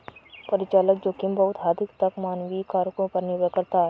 परिचालन जोखिम बहुत हद तक मानवीय कारकों पर निर्भर करता है